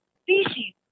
species